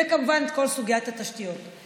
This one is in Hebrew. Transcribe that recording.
וכמובן כל סוגיית התשתיות.